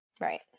Right